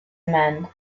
mend